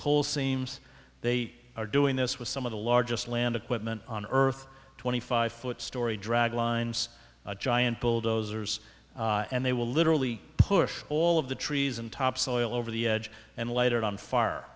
coal seams they are doing this with some of the largest land equipment on earth twenty five foot story drag lines giant bulldozers and they will literally push all of the trees and topsoil over the edge and l